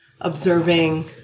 observing